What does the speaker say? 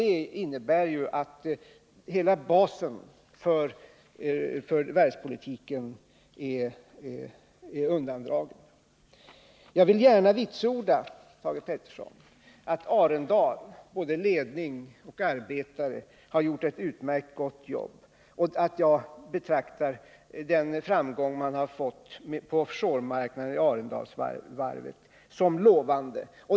Detta innebär att hela basen för varvspolitiken är undandragen. Jag vill, Thage Peterson, gärna vitsorda att Arendals, både ledning och arbetare, har gjort ett utmärkt jobb. Jag betraktar den framgång som man har nått på offshoremarknaden såsom lovande.